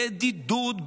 בידידות,